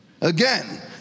Again